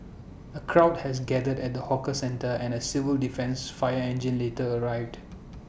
A crowd has gathered at the hawker centre and A civil defence fire engine later arrived